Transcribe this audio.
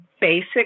basic